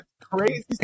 crazy